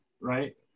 Right